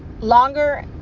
longer